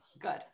good